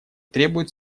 требуют